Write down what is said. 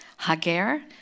hager